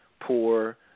poor